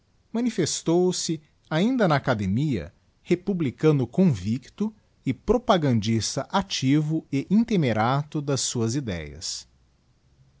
ra manifestou-se ainda na academia republicano convicto e propagandista activo e intemerato das suas idéas